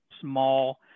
small